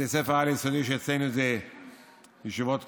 בתי ספר על-יסודי, שאצלנו זה ישיבות קטנות,